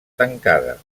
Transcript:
tancada